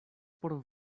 por